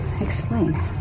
explain